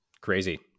crazy